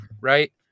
right